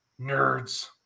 nerds